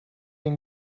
den